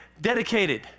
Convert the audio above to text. dedicated